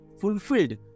fulfilled